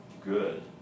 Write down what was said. good